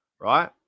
right